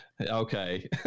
Okay